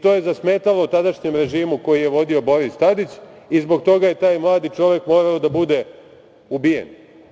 To je zasmetalo tadašnjem režimu koji je vodio Boris Tadić i zbog toga je taj mladi čovek morao da bude ubijen.